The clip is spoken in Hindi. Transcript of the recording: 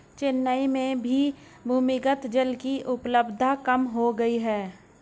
चेन्नई में भी भूमिगत जल की उपलब्धता कम हो गई है